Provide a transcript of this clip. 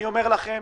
אני אומר לכם,